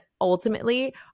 ultimately